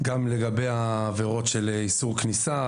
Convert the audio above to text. גם לגבי עבירות של איסור כניסה,